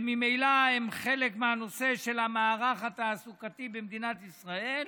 וממילא הן חלק מהנושא של המערך התעסוקתי במדינת ישראל,